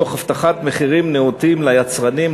תוך הבטחת מחירים נאותים ליצרנים,